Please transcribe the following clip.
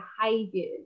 behaviors